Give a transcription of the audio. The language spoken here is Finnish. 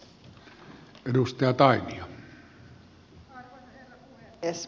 arvoisa herra puhemies